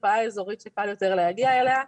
מרפאה אזורית שיהיה קל יותר להגיע אליה,